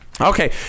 okay